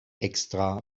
extra